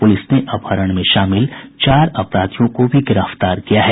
police ने अपहरण में शामिल चार अपराधियों को भी गिरफ्तार किया है